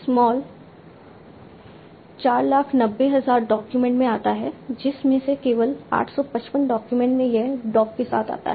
small 490000 document में आता है जिसमें से केवल 855 डॉक्यूमेंट में यह डॉग के साथ आता है